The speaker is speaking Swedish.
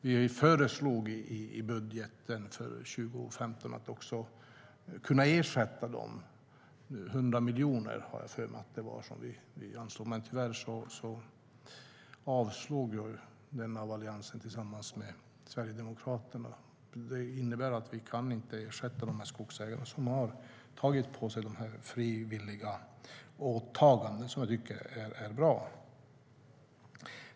Vi föreslog i budgeten för 2015 att vi skulle ersätta dem. Jag har för mig att vi anslog 100 miljoner, men tyvärr avslog Alliansen tillsammans med Sverigedemokraterna den budgeten. Det innebär att vi inte kan ersätta de skogsägare som tagit på sig dessa frivilliga åtaganden, som jag tycker är bra.